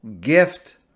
gift